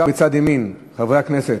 בצד ימין, חברי הכנסת.